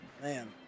Man